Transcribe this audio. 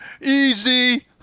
Easy